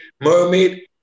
mermaid